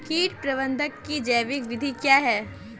कीट प्रबंधक की जैविक विधि क्या है?